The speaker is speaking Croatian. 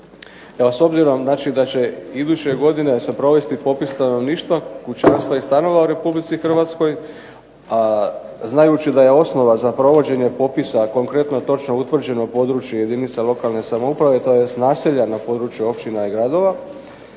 S obzirom da će se iduće godine provesti popis stanovništva, kućanstva i stanova u RH a znajući da je osnova za provođenje popisa konkretno točno utvrđeno područje jedinica lokalne samouprave tj. naselja na području općina i gradova,